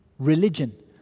Religion